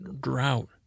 drought